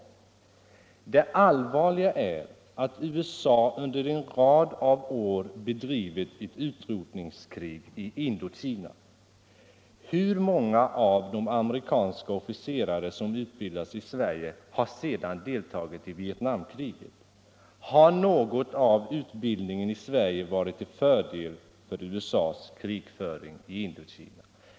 Det allvarliga är att USA under en rad av år bedrivit ett utrotningskrig i Indokina. Hur många av de amerikanska officerare som utbildats i Sverige har sedan deltagit i Vietnamkriget? Har något av utbildningen i Sverige varit till fördel för USA:s krigföring i Indokina?